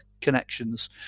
connections